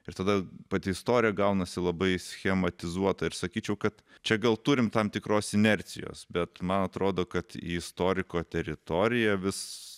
ir tada pati istorija gaunasi labai schematizuota ir sakyčiau kad čia gal turim tam tikros inercijos bet man atrodo kad į istoriko teritoriją vis